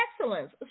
excellence